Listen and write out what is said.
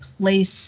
place